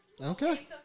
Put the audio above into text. Okay